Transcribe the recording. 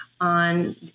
on